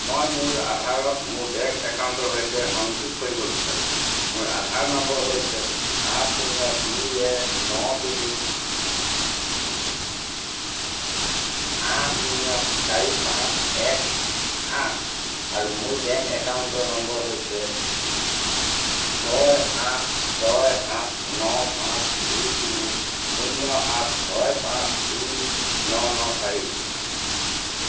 মই মোৰ আধাৰক মোৰ বেংক একাউণ্টৰ সৈতে সংযোগ কৰিব বিচাৰোঁ মোৰ আধাৰ নম্বৰ হৈছে আঠ শূন্য দুই এক ন তিনি আঠ শূন্য চাৰি পাঁচ এক আঠ আৰু মোৰ বেংক একাউণ্টৰ নম্বৰ হৈছে ছয় আঠ ছয় সাত ন পাঁচ দুই তিনি শূন্য সাত ছয় পাঁচ দুই ন ন চাৰি